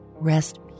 rest